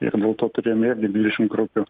ir dėl to turėjome irgi dvidešim grupių